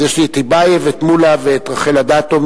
אז יש לי את טיבייב, את מולה ואת רחל אדטו.